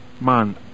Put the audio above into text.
man